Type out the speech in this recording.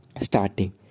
starting